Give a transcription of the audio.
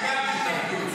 לא להתבלבל.